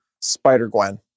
Spider-Gwen